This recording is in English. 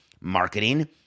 marketing